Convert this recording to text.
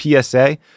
PSA